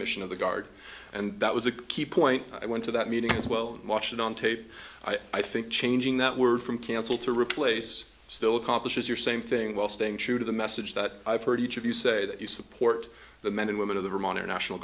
mission of the guard and that was a key point i went to that meeting as well watched it on tape i think changing that word from counsel to replace still accomplishes your same thing while staying true to the message that i've heard each of you say that you support the men and women of the vermont or national